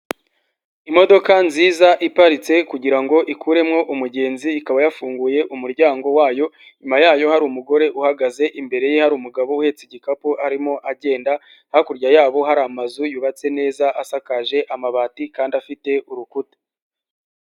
Imodoka nziza iparitse kugira ikuremo umugenzi, ikaba yafunguye umuryango wayo. Inyuma yayo hari umugore uhagaze, imbere ye hari umugabo uhetse igikapu arimo agenda. Hakurya yabo hari amazu yubatse neza, asakaje amabati kandi afite urukuta.